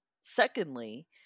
secondly